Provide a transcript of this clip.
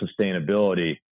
sustainability